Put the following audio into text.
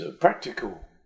practical